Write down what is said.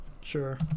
Sure